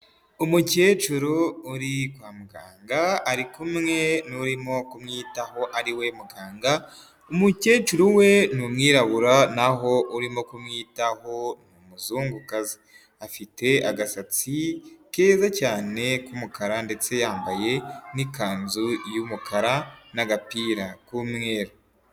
Umukecuru uri kwa muganga arikumwe n'urimo kumwitaho ari we muganga. Umukecuru we ni umwirabura, naho urimo kumwitaho ni umuzungu kazi. Afite agasatsi keza cyane k'umukara ndetse yambaye n'ikanzu y'umukara n'agapira k'umweru.